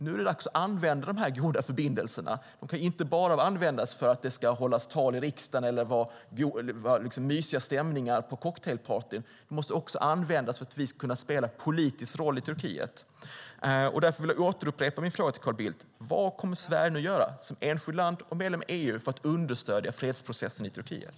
Nu är det dags att använda dessa goda förbindelser, inte bara för att det ska hållas tal i riksdagen eller för att det ska vara mysig stämning på cocktailpartyn utan för att vi ska spela politisk roll i Turkiet. Därför vill jag upprepa min fråga till Carl Bildt: Vad kommer Sverige nu att göra, som enskilt land och som medlem i EU, för att understödja fredsprocessen i Turkiet?